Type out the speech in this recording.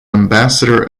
ambassador